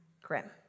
grim